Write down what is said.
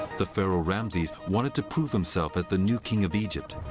the pharaoh ramses wanted to prove himself as the new king of egypt.